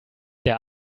der